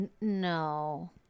No